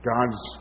God's